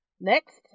Next